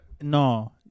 No